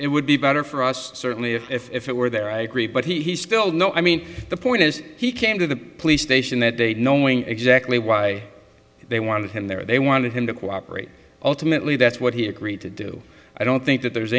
it would be better for us certainly if it were there i agree but he still no i mean the point is he came to the police station that day knowing exactly why they wanted him there they wanted him to cooperate ultimately that's what he agreed to do i don't think that there's